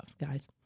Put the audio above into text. guys